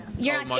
you're